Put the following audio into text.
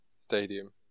Stadium